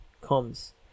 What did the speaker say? comes